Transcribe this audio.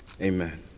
Amen